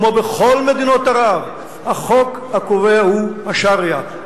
כמו בכל מדינות ערב החוק הקובע הוא השריעה.